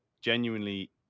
genuinely